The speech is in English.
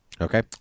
okay